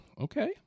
Okay